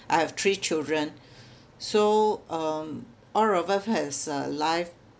I have three children so um all of us has a life